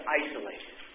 isolated